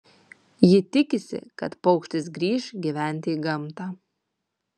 ji tikisi kad paukštis grįš gyventi į gamtą